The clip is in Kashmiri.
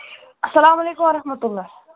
السلام علیکم ورحمتُہ اللہ